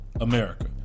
America